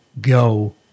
go